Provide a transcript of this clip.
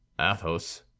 Athos